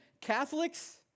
Catholics